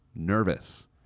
nervous